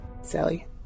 Sally